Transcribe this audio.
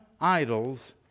idols